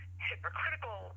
Hypocritical